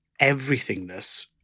everythingness